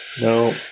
No